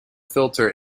filter